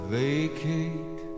vacate